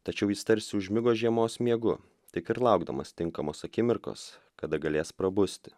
tačiau jis tarsi užmigo žiemos miegu tik ir laukdamas tinkamos akimirkos kada galės prabusti